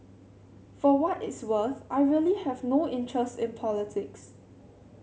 for what it is worth I really have no interest in politics